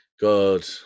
god